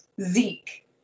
Zeke